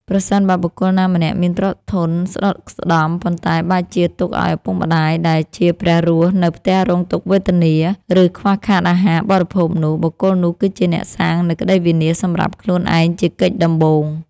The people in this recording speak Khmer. ប្រសិនបើបុគ្គលណាម្នាក់មានទ្រព្យធនស្ដុកស្ដម្ភ ប៉ុន្តែបែរជាទុកឱ្យឪពុកម្ដាយដែលជា ព្រះរស់ នៅផ្ទះរងទុក្ខវេទនា ឬខ្វះខាតអាហារបរិភោគនោះ បុគ្គលនោះគឺជាអ្នកសាងនូវក្ដីវិនាសសម្រាប់ខ្លួនឯងជាកិច្ចដំបូង។